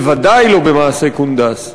בוודאי לא במעשה קונדס.